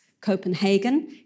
Copenhagen